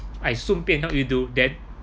I 顺便 help you do then